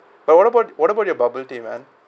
but what about what about your bubble tea man